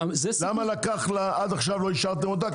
למה עד עכשיו לא אישרתם אותה?